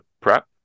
prep